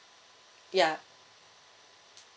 ya